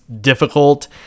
difficult